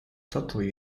totally